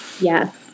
Yes